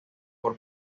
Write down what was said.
por